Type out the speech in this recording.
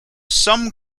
some